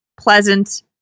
pleasant